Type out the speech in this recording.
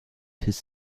his